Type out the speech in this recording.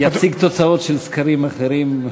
יציג תוצאות של סקרים אחרים.